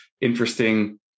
interesting